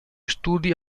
studi